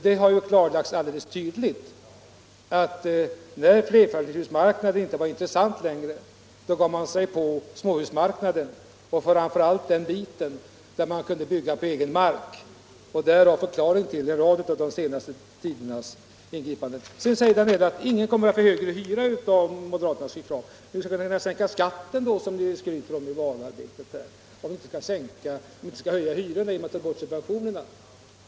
Det har alldeles tydligt klarlagts att när flerfamiljshusmarknaden inte var intressant längre, så gav man sig på småhusmarknaden, framför allt där de kunde byggas på egen mark. Därav förklaringen till en rad av den senaste tidens ingripanden. Sedan säger herr Danell att ingen kommer att få högre hyra på grund av moderaternas förslag. Hur skall ni kunna sänka skatten som ni skryter om i valpropagandan, om ni inte skall höja hyrorna genom att ta bort subventionerna?